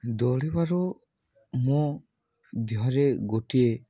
ଦୌଡ଼ିବାରୁ ମୁଁ ଦେହରେ ଗୋଟିଏ